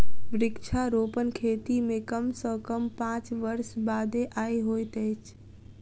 वृक्षारोपण खेती मे कम सॅ कम पांच वर्ष बादे आय होइत अछि